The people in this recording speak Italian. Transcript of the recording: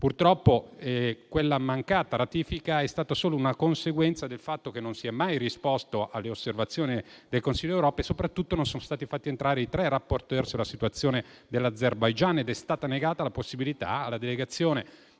Purtroppo quella mancata ratifica è stata solo una conseguenza del fatto che non si è mai risposto alle osservazioni del Consiglio d'Europa e soprattutto non sono stati fatti entrare i tre *rapporteur* sulla situazione dell'Azerbaijan ed è stata negata la possibilità alla delegazione